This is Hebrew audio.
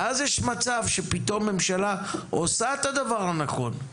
ואז יש מצב שפתאום ממשלה עושה את הדבר הנכון,